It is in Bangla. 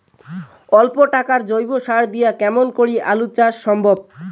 অল্প টাকার জৈব সার দিয়া কেমন করি আলু চাষ সম্ভব?